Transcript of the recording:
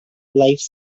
life